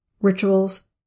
rituals